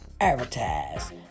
advertise